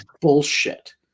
bullshit